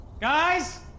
Guys